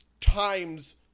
times